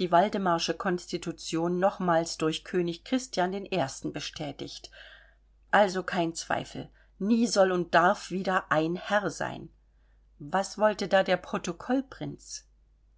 die waldemarsche konstitution nochmals durch könig christian i bestätigt also kein zweifel nie soll und darf wieder ein herr sein was wollte da der